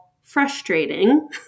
frustrating